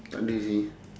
takda seh